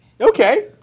Okay